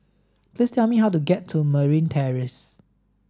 please tell me how to get to Marine Terrace